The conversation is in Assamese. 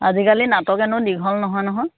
আজিকালি নাটক এনেও দীঘল নহয় নহয়